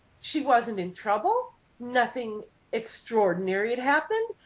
she wasn't in trouble nothing extraordinary had happened.